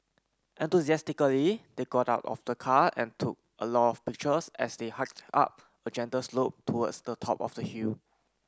enthusiastically they got out of the car and took a lot of pictures as they hiked up a gentle slope towards the top of the hill